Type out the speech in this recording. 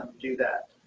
do that.